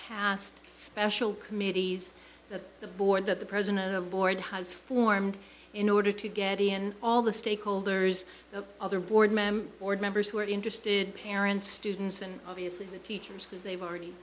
special committees that the board that the president of the board has formed in order to get in all the stakeholders other board member board members who are interested parents students and obviously the teachers because they've already